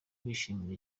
bishimira